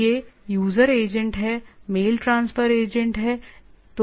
तो ये user agent हैं मेल ट्रांसफर एजेंट हैं